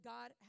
God